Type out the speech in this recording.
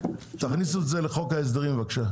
תכניסו את זה לחוק ההסדרים, בבקשה.